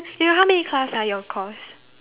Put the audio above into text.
you got how many class ah your course